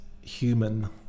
human